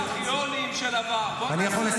--- פפיונים של --- בוא נעשה